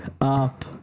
up